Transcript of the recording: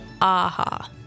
AHA